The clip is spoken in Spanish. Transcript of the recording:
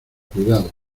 cuidado